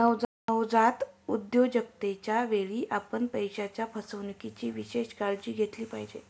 नवजात उद्योजकतेच्या वेळी, आपण पैशाच्या फसवणुकीची विशेष काळजी घेतली पाहिजे